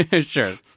Sure